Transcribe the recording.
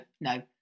no